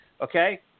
Okay